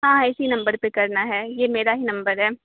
ہاں اِسی نمبر پہ کرنا ہے یہ میرا ہی نمبر ہے